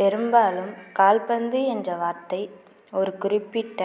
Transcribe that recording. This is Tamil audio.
பெரும்பாலும் கால்பந்து என்ற வார்த்தை ஒரு குறிப்பிட்ட